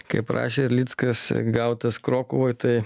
kaip rašė erlickas gautas krokuvoj tai